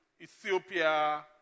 Ethiopia